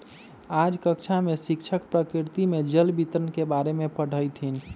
आज कक्षा में शिक्षक प्रकृति में जल वितरण के बारे में पढ़ईथीन